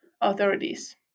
authorities